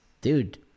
dude